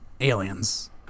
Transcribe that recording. Aliens